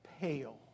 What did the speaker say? pale